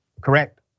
correct